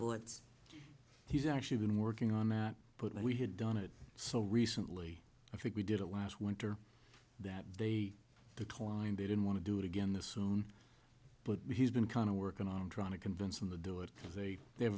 bullets he's actually been working on that but we had done it so recently i think we did it last winter that they declined they didn't want to do it again this soon but he's been kind of working on trying to convince them to do it as they